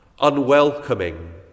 unwelcoming